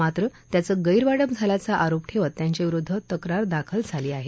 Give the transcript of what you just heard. मात्र त्याचं गैरवाटप झाल्याचा आरोप ठेवत त्यांच्याविरुद्ध तक्रार दाखल झाली आहे